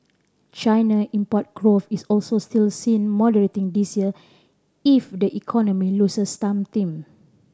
China import growth is also still seen moderating this year if the economy loses some steam